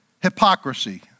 hypocrisy